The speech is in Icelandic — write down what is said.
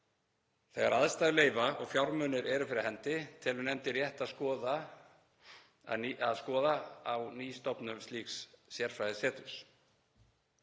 Þegar aðstæður leyfa og fjármunir eru fyrir hendi telur nefndin rétt að skoða á ný stofnun slíks sérfræðiseturs.“